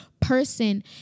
person